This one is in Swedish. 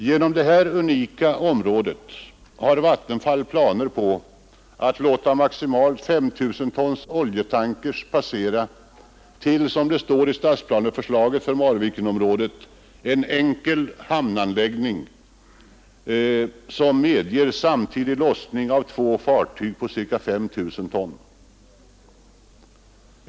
Genom detta unika område har Vattenfall planer på att låta maximalt 5 000 tons oljetankers passera till, som det står i stadsplaneförslaget för Marvikenområdet, ”en enkel hamnanläggning, som medger samtidig lossning av två fartyg på ca 5 000 ton”.